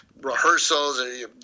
rehearsals